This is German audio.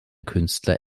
künstler